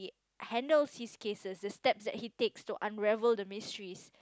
handles his cases the steps that he takes to unravel the mysteries